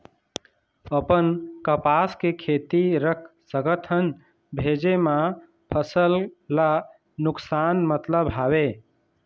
अपन कपास के खेती रख सकत हन भेजे मा फसल ला नुकसान मतलब हावे?